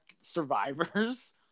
survivors